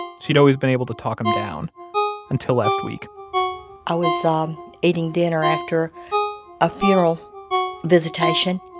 she'd always been able to talk him down until last week i was um eating dinner after a funeral visitation.